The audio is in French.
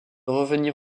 revenir